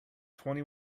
twenty